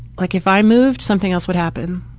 like if i move, something else would happen.